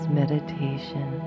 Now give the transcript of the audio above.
meditation